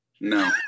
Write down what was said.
no